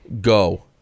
Go